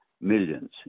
millions